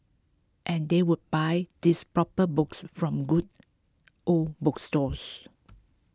and they would buy these proper books from good old bookstores